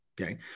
okay